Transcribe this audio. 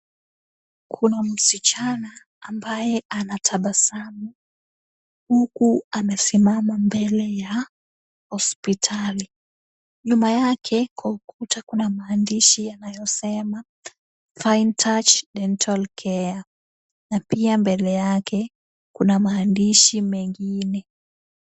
Kuna msichana ambaye anatabasamu, huku amesimama mbele ya hospitali. Nyuma yake kwa ukuta kuna maandishi yanayosema Fine Touch Dental Care na pia mbele yake kuna maandihi mengine.